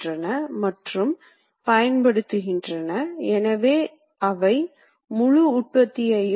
இதனால்தான் இது எண் கட்டுப்பாடு என்று அழைக்கப்படுகிறது